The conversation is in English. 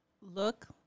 look